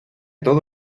todo